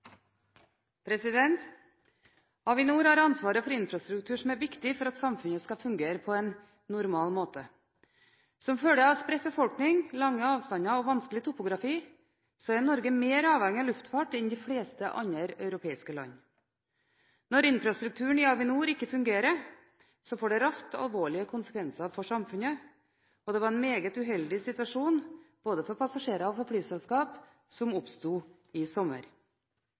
Avinor har ansvaret for infrastruktur som er viktig for at samfunnet skal fungere på en normal måte. Som følge av spredt befolkning, lange avstander og vanskelig topografi er Norge mer avhengig av luftfart enn de fleste andre europeiske land. Når infrastrukturen i Avinor ikke fungerer, får det raskt alvorlige konsekvenser for samfunnet, og det var en meget uheldig situasjon både for passasjerer og flyselskap som oppsto i